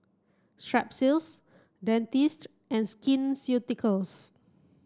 Strepsils Dentiste and Skin Ceuticals